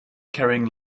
carrying